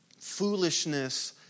foolishness